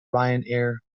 ryanair